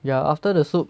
ya after the soup